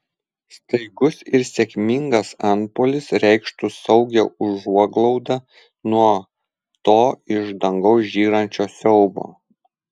staigus ir sėkmingas antpuolis reikštų saugią užuoglaudą nuo to iš dangaus žyrančio siaubo